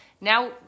now